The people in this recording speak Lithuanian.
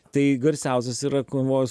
tai garsiausias yra konvojus